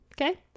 Okay